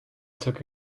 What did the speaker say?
took